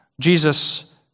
Jesus